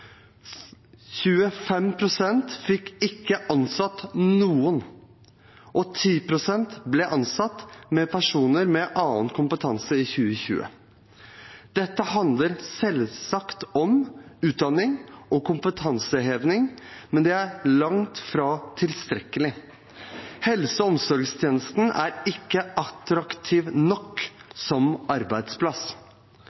fikk ikke ansatt noen, og 10 pst. ansatte personer med annen kompetanse i 2020. Dette handler selvsagt om utdanning og kompetanseheving, men det er langt fra tilstrekkelig. Helse- og omsorgstjenesten er ikke attraktiv nok